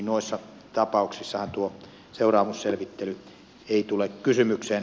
noissa tapauksissahan tuo seuraamusselvittely ei tule kysymykseen